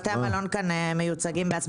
בתי המלון מיוצגים כאן בעצמם.